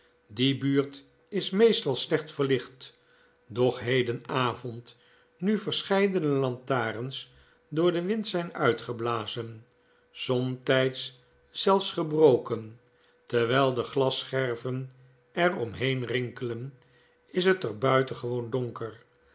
die buurt is meestal slecht verlicht doch hedenavond nu verscheidene lantaarns door den wind zfln uitgeblazen somtijds zelfs gebroken terwijl de glasscherven er om heen rinkelen is het er buitengewoon donker